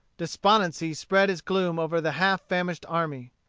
despondency spread its gloom over the half-famished army.